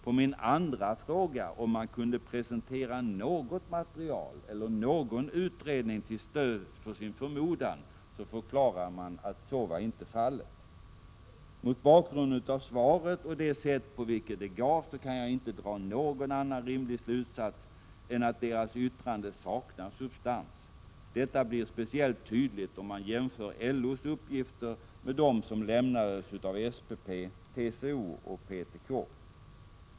På min andra fråga, om man kunde presentera något material eller någon utredning till stöd för sin förmodan, förklarade man att så inte var fallet. Mot bakgrund av svaret och det sätt på vilket det gavs kan jag inte dra någon annan rimlig slutsats än att LO:s yttrande saknar substans. Detta blir speciellt tydligt om man jämför LO:s uppgifter med dem som lämnades av SPP, TCO och PTK.